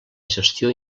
gestió